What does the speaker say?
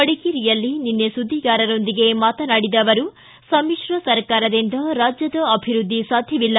ಮಡಿಕೇರಿಯಲ್ಲಿ ನಿನ್ನೆ ಸುದ್ದಿಗಾರರೊಂದಿಗೆ ಮಾತನಾಡಿದ ಅವರು ಸಮಿಶ್ರ ಸರ್ಕಾರದಿಂದ ರಾಜ್ಯದ ಅಭಿವೃದ್ದಿ ಸಾಧ್ಯವಿಲ್ಲ